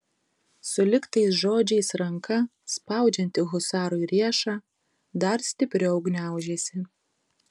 sulig tais žodžiais ranka spaudžianti husarui riešą dar stipriau gniaužėsi